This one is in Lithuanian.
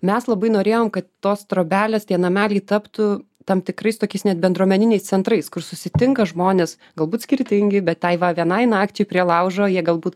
mes labai norėjom kad tos trobelės tie nameliai taptų tam tikrais tokiais net bendruomeniniais centrais kur susitinka žmonės galbūt skirtingi bet tai va vienai nakčiai prie laužo jie galbūt